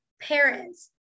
parents